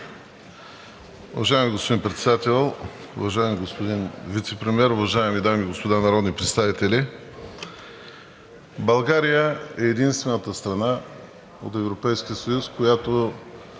България е единствената страна от Европейския съюз, която